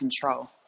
control